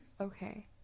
Okay